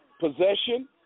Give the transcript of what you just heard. possession